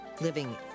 Living